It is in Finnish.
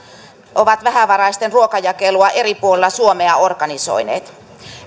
ovat vähävaraisten ruokajakelua eri puolilla suomea organisoineet